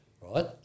right